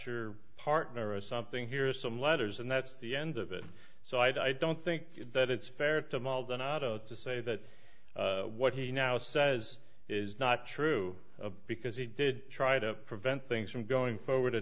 your partner or something here some letters and that's the end of it so i don't think that it's fair to maldonado to say that what he now says is not true because he did try to prevent things from going forward wit